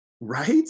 right